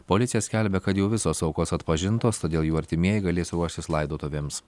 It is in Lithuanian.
policija skelbia kad jau visos aukos atpažintos todėl jų artimieji galės ruoštis laidotuvėms